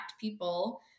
people